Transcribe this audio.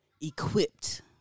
equipped